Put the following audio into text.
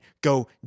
go